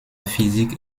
physique